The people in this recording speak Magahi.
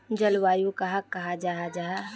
जलवायु कहाक कहाँ जाहा जाहा?